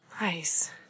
nice